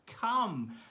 come